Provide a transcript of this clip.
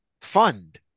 fund